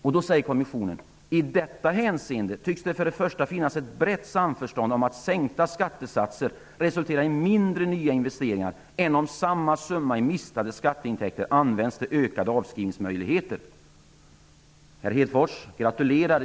I detta hänseende, skriver kommissionen, tycks det för det första råda ett brett samförstånd om att att sänkta skattesatser resulterar i färre nya investeringar än om samma summa i förlorade skatteintäkter används till ökade avskrivningsmöjligheter. Gratulerar, herr Hedfors!